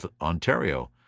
Ontario